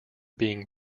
being